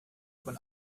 von